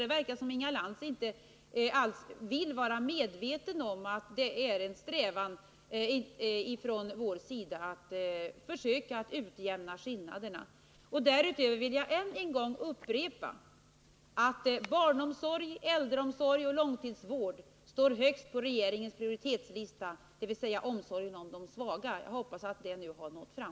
Det verkar dock som om Inga Lantz inte alls vill vara medveten om att det är en strävan från vår sida att försöka utjämna skillnaderna. Därutöver vill jag än en gång upprepa att barnomsorgen, äldreomsorgen och långtidsvården står högst på regeringens prioritetslista, dvs. omsorgen om de svaga. Jag hoppas att detta nu har nått fram.